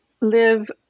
live